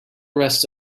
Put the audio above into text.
rest